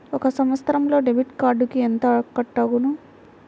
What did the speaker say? ఒక సంవత్సరంలో డెబిట్ కార్డుకు ఎంత కట్ అగును?